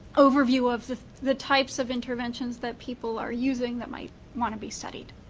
overview of the types of interventions that people are using that might want to be studied.